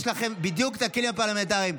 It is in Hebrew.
יש לכם בדיוק את הכלים הפרלמנטריים.